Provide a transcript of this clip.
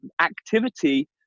activity